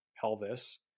pelvis